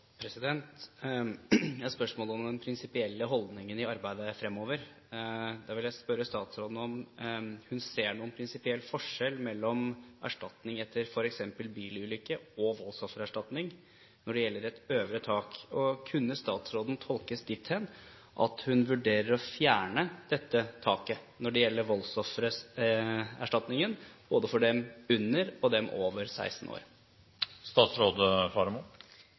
Jeg har spørsmål om den prinsipielle holdningen i arbeidet fremover, og vil spørre statsråden om hun ser noen prinsipiell forskjell mellom erstatning etter f.eks. bilulykke og voldsoffererstatning når det gjelder et øvre tak. Kunne statsråden tolkes dit hen at hun vurderer å fjerne dette taket når det gjelder voldsoffererstatningen, både for dem under og for dem over 16